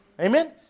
Amen